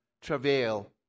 travail